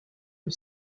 que